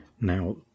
Now